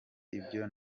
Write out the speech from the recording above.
ibyo